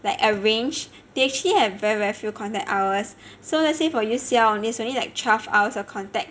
like arrange they actually have very very few contact hours so let's say for U_C_L there's only like twelve hours of contact